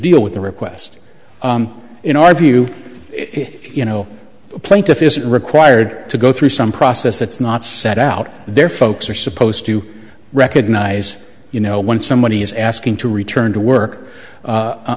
deal with the request in our view you know the plaintiff isn't required to go through some process that's not set out there folks are supposed to recognize you know when somebody is asking to return to work u